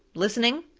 listening,